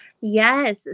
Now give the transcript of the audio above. Yes